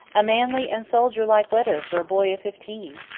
a manly and soldier-like letter for a boy of fifteen!